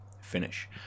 finish